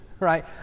right